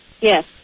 Yes